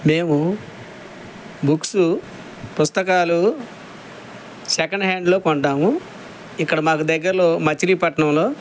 మేము బుక్సు పుస్తకాలు సెకండ్ హ్యాండ్లో కొంటాము ఇక్కడ మాకు దగ్గరలో మచీలిపట్నంలో